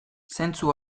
zentzu